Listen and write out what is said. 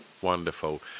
wonderful